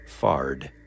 Fard